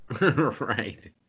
right